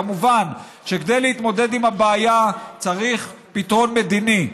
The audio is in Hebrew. כמובן, כדי להתמודד עם הבעיה צריך פתרון מדיני.